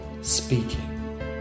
speaking